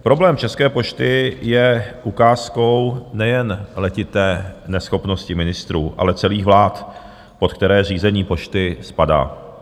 Problém České pošty je ukázkou nejen letité neschopnosti ministrů, ale celých vlád, pod které řízení Pošty spadá.